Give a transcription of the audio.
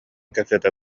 кэпсэтэ